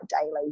daily